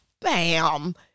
bam